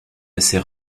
assez